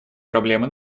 проблемы